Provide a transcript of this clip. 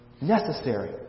Necessary